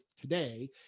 today